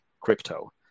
crypto